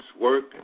work